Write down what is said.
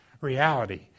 reality